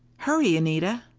hurry, anita!